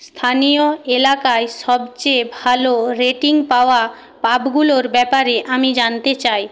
স্থানীয় এলাকায় সবচেয়ে ভালো রেটিং পাওয়া পাবগুলোর ব্যাপারে আমি জানতে চাই